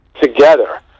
together